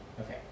Okay